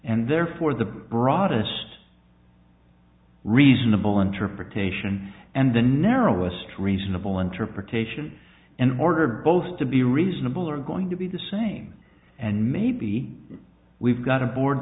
and therefore the broadest reasonable interpretation and the narrowest reasonable interpretation and order both to be reasonable are going to be the same and maybe we've got a board